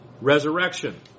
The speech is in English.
resurrection